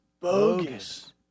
Bogus